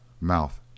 Mouth